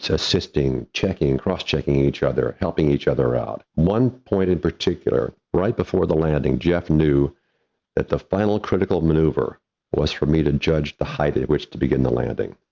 assisting, checking and cross checking each other, helping each other out. one point in particular, right before the landing, jeff knew that the final critical maneuver was for me to judge the height at which to begin the landing.